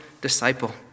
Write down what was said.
disciple